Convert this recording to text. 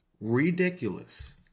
ridiculous